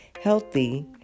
healthy